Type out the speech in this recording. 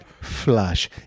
flush